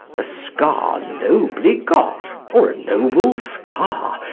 a scar nobly got, or a noble scar,